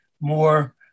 more